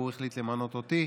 והוא החליט למנות אותי.